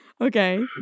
Okay